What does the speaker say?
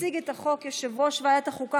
יציג את החוק יושב-ראש ועדת החוקה,